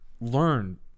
learn